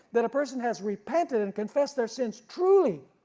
that a person has repented and confessed their sins truly,